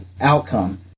outcome